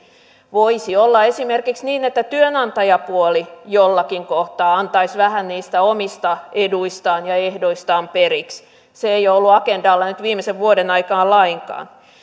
voisi olla esimerkiksi niin että työnantajapuoli jossakin kohtaa antaisi vähän niistä omista eduistaan ja ehdoistaan periksi se ei ole ollut agendalla nyt viimeisen vuoden aikana lainkaan